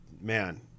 man